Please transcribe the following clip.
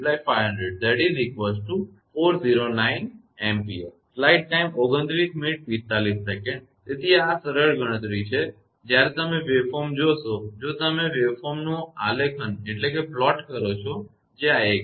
8182 × 500 409 A તેથી આ સરળ ગણતરી છે અને જ્યારે તમે વેવફોર્મ જોશો જો તમે વેવફોર્મનું આલેખન કરો છો જે આ એક છે